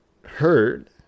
hurt